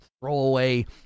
throwaway